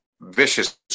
vicious